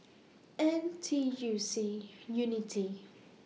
N T U C Unity